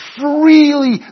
freely